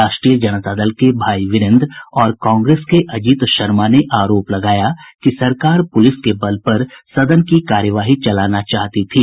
राष्ट्रीय जनता दल के भाई वीरेन्द्र और कांग्रेस के अजित शर्मा ने आरोप लगाया है कि सरकार पुलिस के बल पर सदन की कार्यवाही चलाना चाहती थी